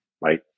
Right